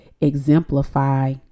exemplify